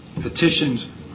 petitions